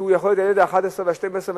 שיכול להיות הילד ה-11 או ה-12,